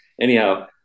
anyhow